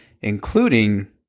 including